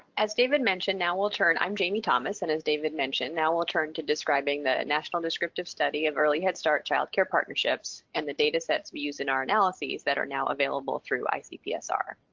as david mentioned, now we'll turn. i'm jamie thomas, and as david mentioned, now we'll turn to describing the national descriptive study of early head start child care partnerships and the data sets we use in our analyses that are now available through icpsr.